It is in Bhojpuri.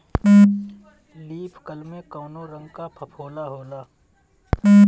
लीफ कल में कौने रंग का फफोला होला?